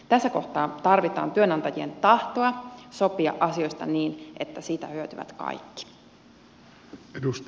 tässä kohtaa tarvitaan työnantajien tahtoa sopia asioista niin että siitä hyötyvät kaikki